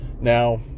Now